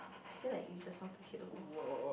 I feel like you just want to hit a low